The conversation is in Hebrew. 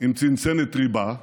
עם צנצנת ריבה,